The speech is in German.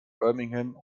birmingham